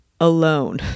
alone